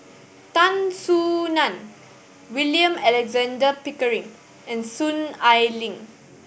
Tan Soo Nan William Alexander Pickering and Soon Ai Ling